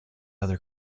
other